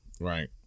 right